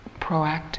proactive